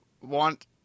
Want